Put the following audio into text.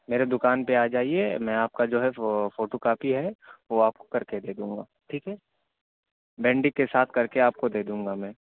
میرے دکان پہ آ جائیے میں آپ کا جو ہے وہ فوٹو کاپی ہے وہ آپ کو کر کے دے دوں گا ٹھیک ہے بائنڈنگ کے ساتھ کر کے آپ کو دے دوں گا میں